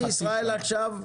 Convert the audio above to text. מדינת ישראל עכשיו,